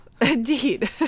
Indeed